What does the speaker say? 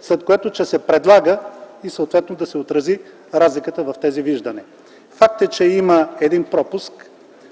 След това, че се предлага и съответно да се отрази разликата в тези виждания. Факт е, че има един пропуск.